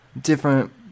different